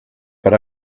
but